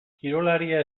kirolaria